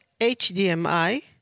HDMI